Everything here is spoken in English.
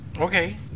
Okay